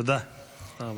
תודה רבה.